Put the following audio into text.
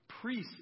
Priests